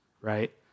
right